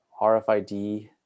RFID